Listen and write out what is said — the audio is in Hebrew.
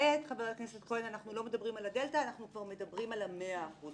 במסגרת ועדת הזכאות היא לא ממש מתיישבת אחר כך עם המלצת השיבוץ שיש.